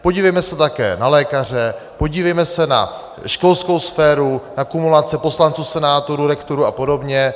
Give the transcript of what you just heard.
Podívejme se také na lékaře, podívejme se na školskou sféru, na kumulace poslanců, senátorů, rektorů a podobně.